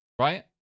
Right